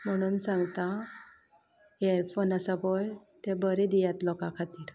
म्हणून सांगता एर फोन आसा पळय ते बरे दियात लोका खातीर